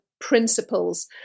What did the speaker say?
principles